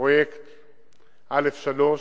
פרויקט א3,